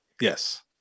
Yes